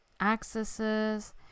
accesses